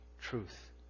truth